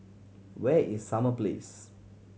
where is Summer Place